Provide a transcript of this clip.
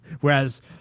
Whereas